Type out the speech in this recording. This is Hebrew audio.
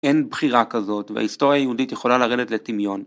אין בחירה כזאת וההיסטוריה היהודית יכולה לרדת לטמיון.